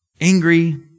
angry